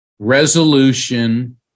resolution